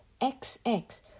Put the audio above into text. XX